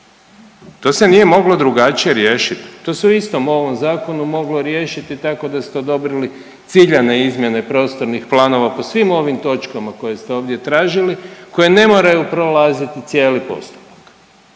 To se nije moglo drugačije riješit, to se u istom ovom zakonu moglo riješiti tako ste odobrili ciljane izmjene prostornih planova po svim ovim točkama koje ste ovdje tražili koje ne moraju prolaziti cijeli postupak.